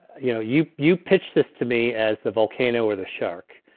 you know you you pitched this to me as the volcano or the shark.